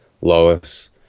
Lois